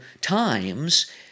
times